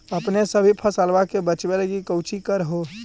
अपने सभी फसलबा के बच्बे लगी कौची कर हो?